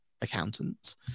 accountants